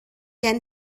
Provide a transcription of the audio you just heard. can